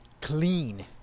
clean